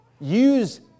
Use